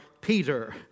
Peter